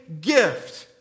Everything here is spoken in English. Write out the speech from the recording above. gift